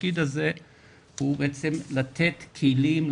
והתפקיד הזה הוא בעצם לתת כלים,